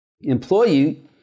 employee